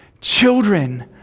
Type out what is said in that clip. Children